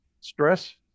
Stress